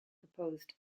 proposed